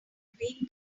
between